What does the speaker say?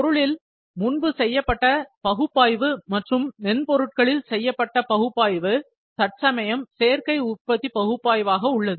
பொருளில் முன்பு செய்யப்பட்ட பகுப்பாய்வு மற்றும் மென்பொருட்களில் செய்யப்பட்ட பகுப்பாய்வு தற்சமயம் சேர்க்கை உற்பத்தி பகுப்பாய்வாக உள்ளது